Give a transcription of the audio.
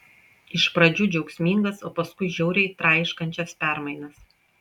iš pradžių džiaugsmingas o paskui žiauriai traiškančias permainas